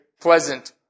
pleasant